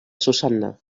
susanna